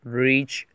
reach